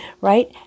right